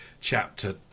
chapter